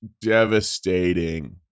Devastating